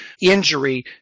injury